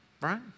right